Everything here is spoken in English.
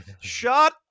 Shut